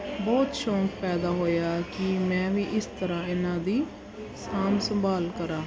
ਬਹੁਤ ਸ਼ੌਕ ਪੈਦਾ ਹੋਇਆ ਕਿ ਮੈਂ ਵੀ ਇਸ ਤਰ੍ਹਾਂ ਇਹਨਾਂ ਦੀ ਸਾਂਭ ਸੰਭਾਲ ਕਰਾਂ